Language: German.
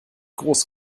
groß